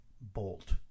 bolt